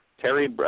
Terry